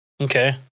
Okay